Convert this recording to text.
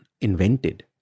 invented